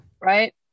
Right